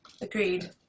agreed